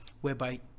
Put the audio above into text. whereby